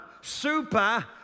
super